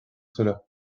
cela